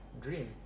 dream